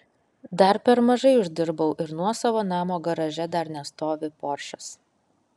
dar per mažai uždirbau ir nuosavo namo garaže dar nestovi poršas